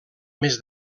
mes